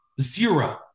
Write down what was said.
zero